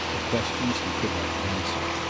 the questions he could not answer.